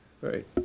Right